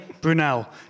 Brunel